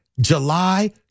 July